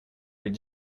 быть